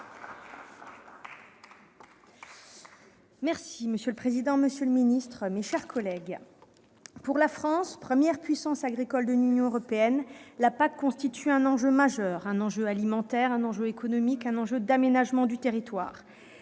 Monsieur le président, monsieur le ministre, mes chers collègues, pour la France, première puissance agricole de l'Union européenne, la PAC constitue un enjeu majeur : un enjeu alimentaire, un enjeu économique, un enjeu d'aménagement du territoire.